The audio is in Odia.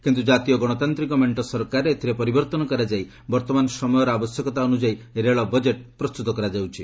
କିନ୍ତୁ ଜାତୀୟ ଗଣତାନ୍ତ୍ରିକ ମେଣ୍ଟ ସରକାରରେ ଏଥିରେ ପରିବର୍ତ୍ତନ କରାଯାଇ ବର୍ତ୍ତମାନ ସମୟରେ ଆବଶ୍ୟକତା ଅନୁଯାୟୀ ରେଳ ବଜେଟ୍ ପ୍ରସ୍ତୁତ କରାଯାଉଛି